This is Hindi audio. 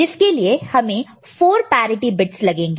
जिसके लिए हमें 4 पैरिटि बिट्स लगेंगे